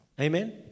Amen